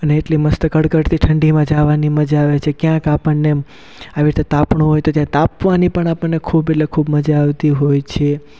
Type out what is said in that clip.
અને એટલી મસ્ત કડકડતી ઠંડીમાં જાવાની મઝા આવે છે ક્યાંક આપણને આવી રીતે તાપણું હોય તો ત્યાં તાપવાની પણ આપણને ખૂબ એટલે ખૂબ મજા આવતી હોય છે